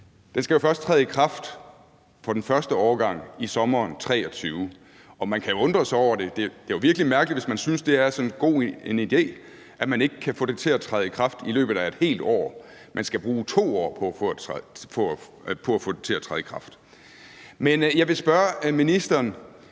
Den skal jo først træde i kraft for den første årgang i sommeren 2023, og man kan jo undre sig over det. Det er virkelig mærkeligt, hvis man synes, at det her er så god en idé, at man ikke kan få loven til at træde i kraft i løbet af et helt år, men skal bruge 2 år på at få den til at træde i kraft. Men jeg vil spørge ministeren: